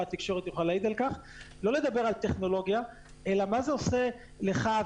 התקשורת יוכל להעיד על כך - לא לדבר על טכנולוגיה אלא מה זה עושה לך,